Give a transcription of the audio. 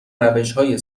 روشهای